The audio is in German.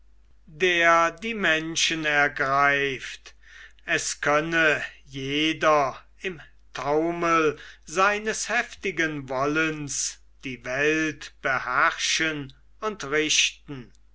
der die menschen ergreift es könne jeder im taumel seines heftigen wollens die welt beherrschen und richten